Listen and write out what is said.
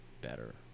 better